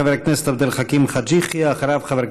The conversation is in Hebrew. חבר הכנסת עבד אל חכים חאג' יחיא.